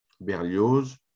Berlioz